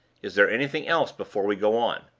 is there anything else before we go on?